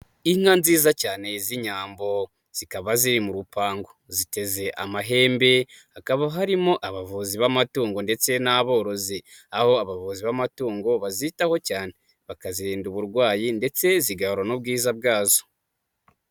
Inka nziza cyane z'inyambo zikaba ziri mu rupangu, ziteze amahembe, hakaba harimo abavuzi b'amatungo ndetse n'aborozi,, aho abavuzi b'amatungo bazitaho cyane bakazirinda uburwayi ndetse zigarurana ubwiza bwazo.